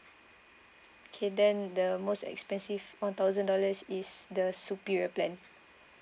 K then the most expensive one thousand dollars is the superior plan